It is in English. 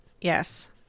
Yes